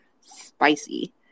Spicy